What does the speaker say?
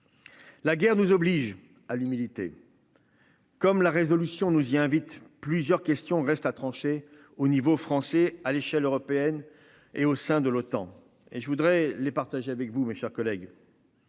La guerre vous oblige à l'humidité. Comme la résolution nous y invite, plusieurs questions restent à trancher, au niveau français à l'échelle européenne et au sein de l'OTAN et je voudrais les partager avec vous, mes chers collègues.